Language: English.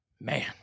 Man